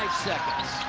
seconds.